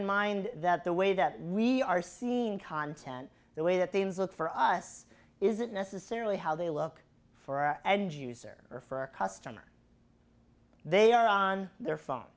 in mind that the way that we are seen content the way that they look for us isn't necessarily how they look for our end user or for a customer they are on their phone